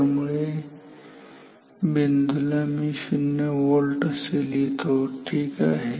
त्यामुळे बिंदूला मी शून्य व्होल्ट असे लिहितो ठीक आहे